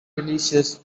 delicious